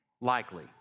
likely